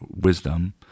wisdom